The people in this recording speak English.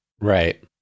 Right